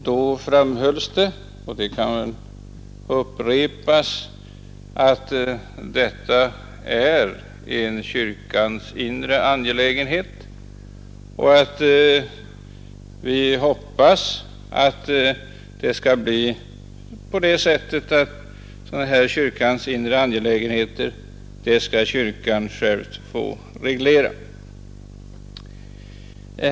Då framhölls det — och det kan väl upprepas — att detta är en kyrkans inre angelägenhet och att vi hoppas att det skall bli så ordnat att sådana kyrkans inre angelägenheter skall kyrkan själv få reglera.